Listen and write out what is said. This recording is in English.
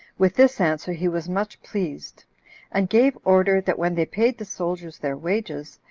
with this answer he was much pleased and gave order, that when they paid the soldiers their wages,